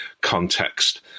context